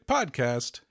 Podcast